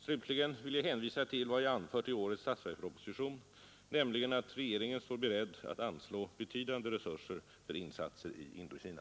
Slutligen vill jag hänvisa till vad jag anfört i årets statsverksproposition, nämligen att regeringen står beredd att anslå betydande resurser för insatser i Indokina.